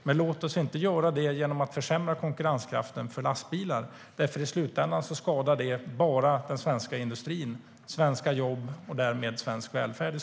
Men låt oss inte göra det genom att försämra konkurrenskraften för lastbilar, för i slutändan skadar det svensk industri och svenska jobb och därmed svensk välfärd.